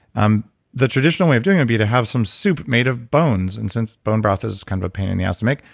um the traditional way of doing it would be to have some soup made of bones and since bone broth is kind of a pain in the ass to make,